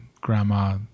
grandma